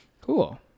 Cool